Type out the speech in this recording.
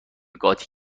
قاطی